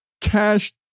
cash